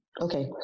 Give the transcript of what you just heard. okay